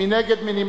מי נגד?